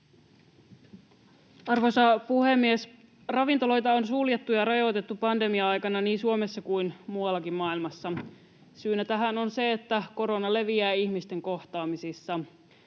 Arvoisa puhemies! Ravintoloita on suljettu ja rajoitettu pandemian aikana niin Suomessa kuin muuallakin maailmassa. Syynä tähän on se, että korona leviää ihmisten kohtaamisissa.